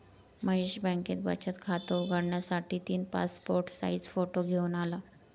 महेश बँकेत बचत खात उघडण्यासाठी तीन पासपोर्ट साइज फोटो घेऊन आला